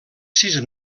sis